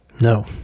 No